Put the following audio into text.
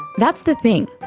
that's the thing.